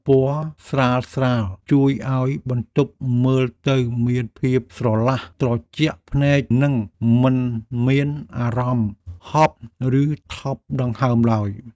ពណ៌ស្រាលៗជួយឱ្យបន្ទប់មើលទៅមានភាពស្រឡះត្រជាក់ភ្នែកនិងមិនមានអារម្មណ៍ហប់ឬថប់ដង្ហើមឡើយ។